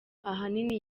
ahanini